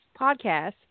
podcast